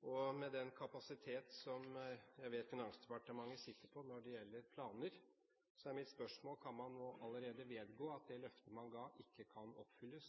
2015. Med den kapasitet som jeg vet Finansdepartementet sitter på når det gjelder planer, er mitt spørsmål: Kan man allerede nå vedgå at det løftet en ga